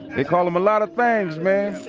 they call em a lot of things, man,